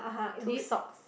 two socks